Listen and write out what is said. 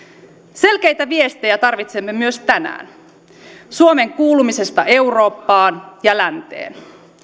selkeitä viestejä tarvitsemme myös tänään suomen kuulumisesta eurooppaan ja länteen